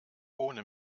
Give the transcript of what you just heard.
ohne